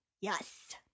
Yes